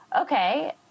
okay